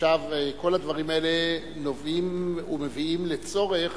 כל הדברים האלה נובעים ומביאים לצורך